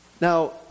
Now